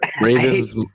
Ravens